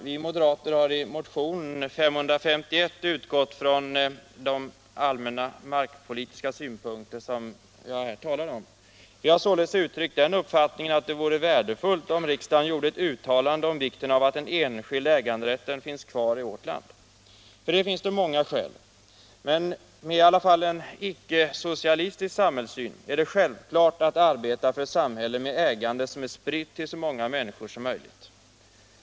Vi moderater har i motionen 551 utgått från de allmänna markpolitiska synpunkter som jag här har talat om. Vi har uttryckt den uppfattningen att det vore värdefullt om riksdagen gjorde ett uttalande om vikten av att den enskilda äganderätten finns kvar i vårt land. För detta finns det många skäl. Med i varje fall en icke-socialitisk samhällssyn är det självklart att arbeta för ett samhälle med ägande som är spritt till så många människor som möjligt.